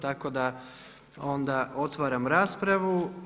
Tako da onda otvaram raspravu.